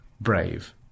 brave